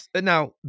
Now